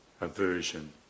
aversion